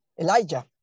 Elijah